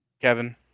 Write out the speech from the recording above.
Kevin